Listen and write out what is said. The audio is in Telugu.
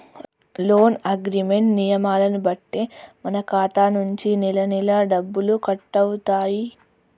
లోన్ అగ్రిమెంట్ నియమాలను బట్టే మన ఖాతా నుంచి నెలనెలా డబ్బులు కట్టవుతాయి